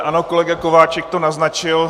Ano, kolega Kováčik to naznačil.